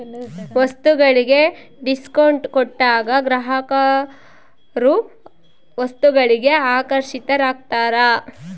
ವಸ್ತುಗಳಿಗೆ ಡಿಸ್ಕೌಂಟ್ ಕೊಟ್ಟಾಗ ಗ್ರಾಹಕರು ವಸ್ತುಗಳಿಗೆ ಆಕರ್ಷಿತರಾಗ್ತಾರ